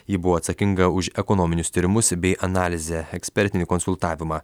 ji buvo atsakinga už ekonominius tyrimus bei analizę ekspertinį konsultavimą